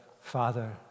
Father